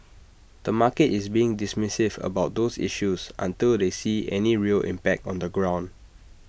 the market is being dismissive about those issues until they see any real impact on the ground